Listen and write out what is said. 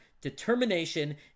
determination